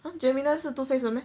!huh! gemini 是 two face 的 meh